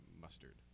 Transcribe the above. mustard